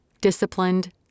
disciplined